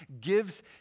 gives